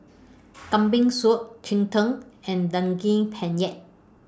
Kambing Soup Cheng Tng and Daging Penyet